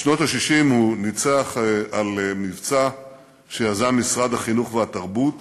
בשנות ה-60 הוא ניצח על מבצע שיזם משרד החינוך והתרבות